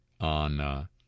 on